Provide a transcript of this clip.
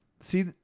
See